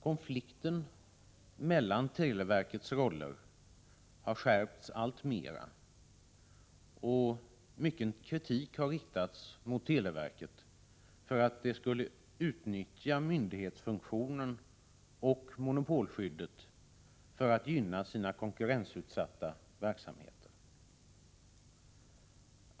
Konflikten mellan televerkets roller har skärpts alltmera, och mycken kritik har riktats mot televerket för att det skulle utnyttja myndighetsfunktionen och monopolskyddet för att gynna sina konkurrensutsatta verksamheter.